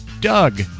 Doug